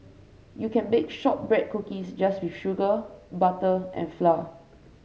you can bake shortbread cookies just with sugar butter and flour